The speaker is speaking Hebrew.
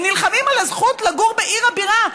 הם נלחמים על הזכות לגור בעיר הבירה,